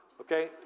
okay